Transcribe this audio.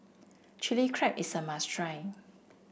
Chilli Crab is a must try